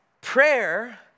Prayer